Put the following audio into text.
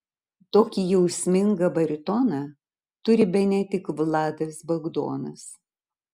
tokį jausmingą baritoną turi bene tik vladas bagdonas